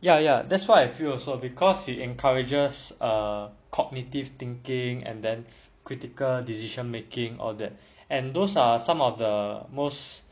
ya ya that's what I feel also because it encourages a cognitive thinking and then critical decision making all that and those are some of the most